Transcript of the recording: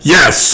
Yes